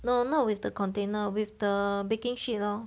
no not with the container with the baking sheet lor